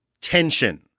tension